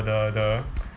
the the